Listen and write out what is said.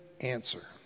answer